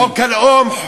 חוק הלאום,